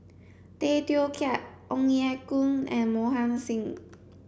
Tay Teow Kiat Ong Ye Kung and Mohan Singh